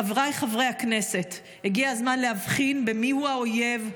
חבריי חברי הכנסת, הגיע הזמן להבחין מי הוא האויב.